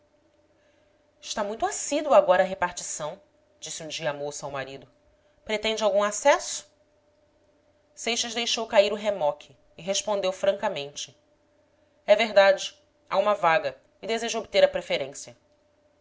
está muito assíduo agora à repartição disse um dia a moça ao marido pretende algum acesso seixas deixou cair o remoque e respondeu francamente é verdade há uma vaga e desejo obter a preferência